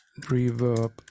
reverb